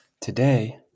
Today